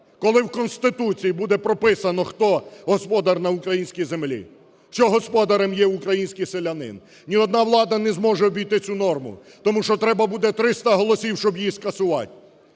коли в Конституції буде прописано, хто господар на українській землі, що господарем є український селянин, ні одна влада не зможе обійти цю норму, тому що треба буде 300 голосів, щоб її скасувати.